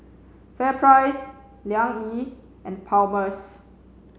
FairPrice Liang Yi and Palmer's